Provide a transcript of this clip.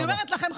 אני אומרת לכם,